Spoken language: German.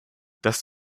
das